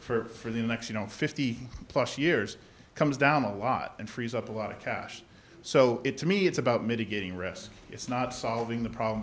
for the next you know fifty plus years comes down a lot and frees up a lot of cash so it to me it's about mitigating risk it's not solving the problem